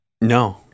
No